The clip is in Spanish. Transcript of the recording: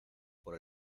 por